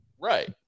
Right